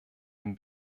dem